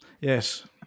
Yes